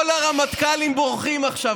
כל הרמטכ"לים בורחים עכשיו.